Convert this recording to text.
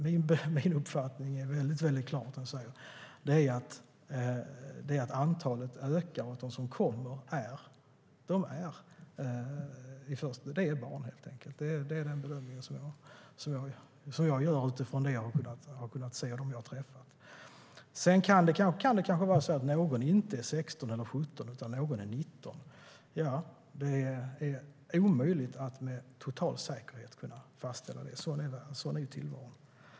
Min uppfattning är som sagt väldigt klar: Antalet ökar, och de som kommer är barn. Det är den bedömning som jag gör, utifrån det jag har kunnat se och utifrån dem jag har träffat. Det kanske kan vara på det sättet att någon inte är 16 eller 17 utan att någon är 19. Det är omöjligt att fastställa det med total säkerhet. Så är det.